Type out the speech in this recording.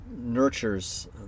nurtures